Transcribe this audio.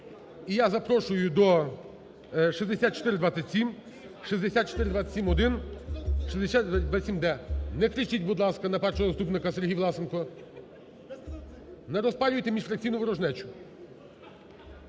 І я запрошую до 6227, 6427-1, 6427-д. Не кричіть, будь ласка, на першого заступника, Сергій Власенко. Не розпалюйте міжфракційну ворожнечу.